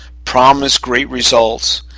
promised great results,